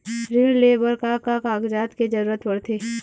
ऋण ले बर का का कागजात के जरूरत पड़थे?